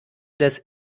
des